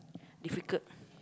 difficult